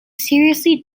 seriously